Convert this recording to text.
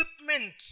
equipment